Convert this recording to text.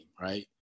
right